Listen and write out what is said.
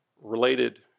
related